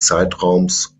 zeitraums